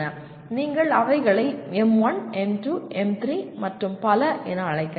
நீங்கள் அவைகளை M1 M2 M3 மற்றும் பல என அழைக்கலாம்